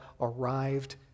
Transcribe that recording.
arrived